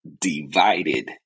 divided